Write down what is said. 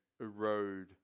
erode